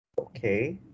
Okay